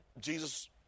Jesus